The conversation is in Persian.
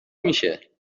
میشه